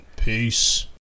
Peace